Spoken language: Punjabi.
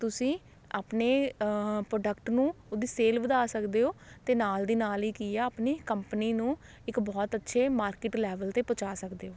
ਤੁਸੀਂ ਆਪਣੇ ਪਰੋਡਕਟ ਨੂੰ ਉਹਦੀ ਸੇਲ ਵਧਾ ਸਕਦੇ ਹੋ ਅਤੇ ਨਾਲ ਦੀ ਨਾਲ ਹੀ ਕੀ ਹੈ ਆਪਣੀ ਕੰਪਨੀ ਨੂੰ ਇੱਕ ਬਹੁਤ ਅੱਛੇ ਮਾਰਕਿਟ ਲੈਵਲ 'ਤੇ ਪੁਚਾ ਸਕਦੇ ਹੋ